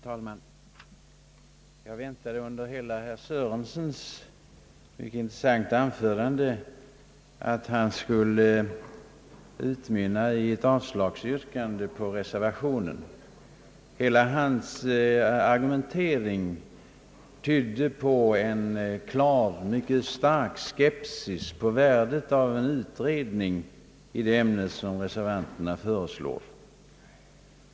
Herr talman! Under hela herr Sörensons mycket intressanta anförande väntade jag att det skulle utmynna i ett yrkande om avslag på reservationen. Hela hans argumentering tydde på en klar, mycket stark skepsis inför värdet av en utredning i det ämne som reservanterna föreslår.